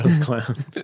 clown